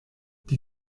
die